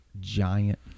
giant